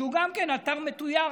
שגם הוא אתר מתויר,